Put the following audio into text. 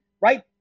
Right